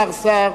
השר סער.